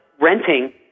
renting